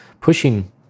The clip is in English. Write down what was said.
pushing